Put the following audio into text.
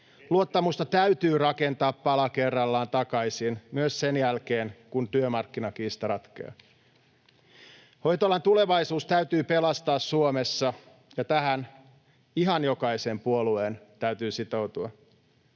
Luottamusta täytyy rakentaa pala kerrallaan takaisin, myös sen jälkeen, kun työmarkkinakiista ratkeaa. Hoitoalan tulevaisuus täytyy pelastaa Suomessa, ja tähän ihan jokaisen puolueen täytyy sitoutua.